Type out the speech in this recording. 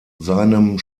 seinem